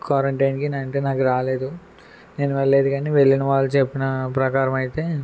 క్వారంటైన్కి నేను అంటే నాకు రాలేదు నేను వెళ్ళలేదు కాని వెళ్ళినవాళ్ళు చెప్పిన ప్రకారం అయితే